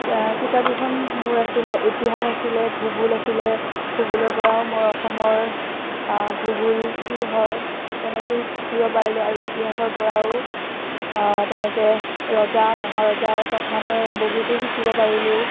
কিতাপ কিখন মোৰ আছিলে ইতিহাস আছিলে ভূগোল আছিলে ভূগোলৰ পৰাও মই অসমৰ ভূগোল কি হয় তেনেকে শিকিব পাৰিলোঁ আৰু ইতিহাসৰ পৰাও তেনেকে ৰজা মহাৰজাৰ কথা মই বহুতো শিকিব পাৰিলোঁ